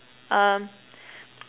um